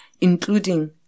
including